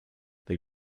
they